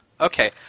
Okay